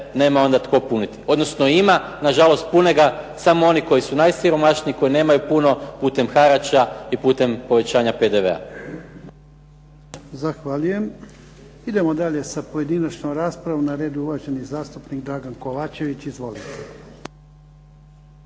nema onda tko puniti. Odnosno ima, nažalost pune ga samo oni koji su najsiromašniji koji nemaju puno putem harača i putem povećanja PDV-a. **Jarnjak, Ivan (HDZ)** Zahvaljujem. Idemo dalje sa pojedinačnom raspravom. Na redu je uvaženi zastupnik Dragan Kovačević. Izvolite.